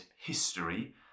history